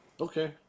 Okay